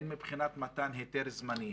הן מבחינת מתן היתר זמני,